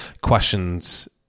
questions